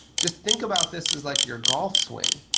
just think about this is like your golf swing